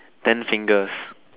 ten singers